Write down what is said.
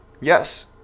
Yes